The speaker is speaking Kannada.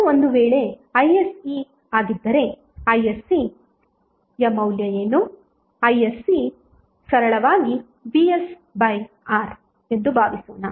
ಅದು ಒಂದು ವೇಳೆ isc ಆಗಿಧರೆ isc ಯ ಮೌಲ್ಯ ಏನು isc ಸರಳವಾಗಿ vsRಎಂದು ಭಾವಿಸೋಣ